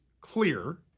clear